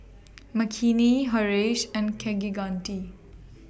Makini Haresh and Kaneganti